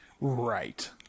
Right